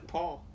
Paul